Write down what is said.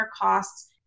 costs